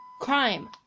crime